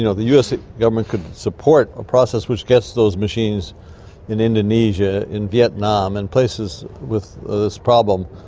you know the us government could support a process which gets those machines in indonesia, in vietnam and places with this problem.